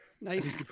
nice